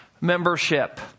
membership